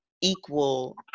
equal